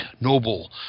noble